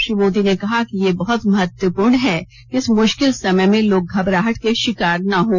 श्री मोदी ने कहा कि यह बहुत महत्वपूर्ण है कि इस मुश्किल समय में लोग घबराहट के शिकार न हों